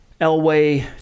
Elway